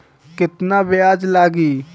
केतना ब्याज लागी?